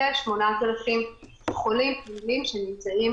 כ-8,000 חולים פעילים שנמצאים